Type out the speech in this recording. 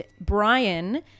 Brian